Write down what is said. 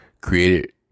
created